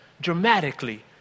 dramatically